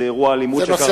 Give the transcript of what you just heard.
איזה אירוע אלימות שקרה,